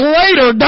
later